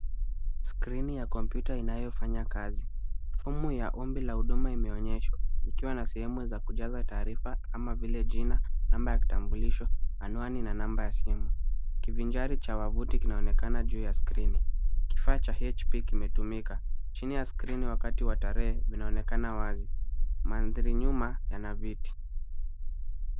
Skrini ya kompyuta inayo fanya kazi, fomu ya ombi la huduma imeonyeshwa ikiwa na sehemu za kujaza taarifa kama vile jina, namba ya kitambulisho, anwani na namba ya simu. Kivinjari cha wavuti kinaonekana juu ya skrini, kifaa cha HP kimetumika, chini ya skrini wakati wa tarehe kinaonekana wazi, maadhari nyuma yana viti.